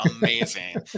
amazing